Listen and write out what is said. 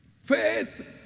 Faith